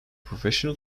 professional